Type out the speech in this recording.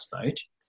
stage